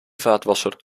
vaatwasser